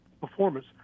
performance